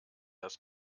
das